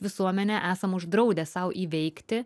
visuomenė esam uždraudę sau įveikti